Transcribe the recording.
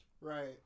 right